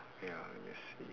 ya I miss sleep